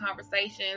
conversations